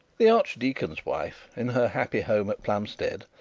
the archdeacon's wife, in her happy home at plumstead,